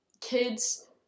kids